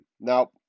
Now